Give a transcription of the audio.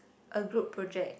a group project